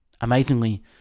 Amazingly